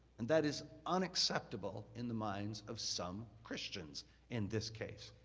and that is unacceptable in the minds of some christians in this case.